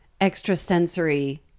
extrasensory